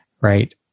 right